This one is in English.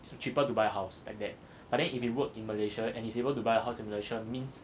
it's a cheaper to buy house like that but then if you work in malaysia and he's able to buy a house in malaysia means